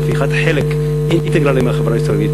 להפיכת חלק אינטגרלי מהחברה הישראלית,